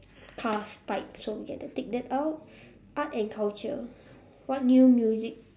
cars type so we get to tick that out art and culture what new music